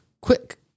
quick